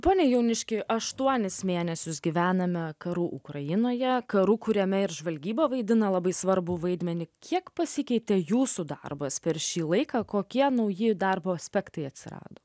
pone jauniški aštuonis mėnesius gyvename karų ukrainoje karu kuriame ir žvalgyba vaidina labai svarbų vaidmenį kiek pasikeitė jūsų darbas per šį laiką kokie nauji darbo aspektai atsirado